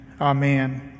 Amen